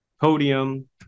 podium